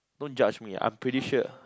don't judge me I'm pretty sure